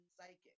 psychic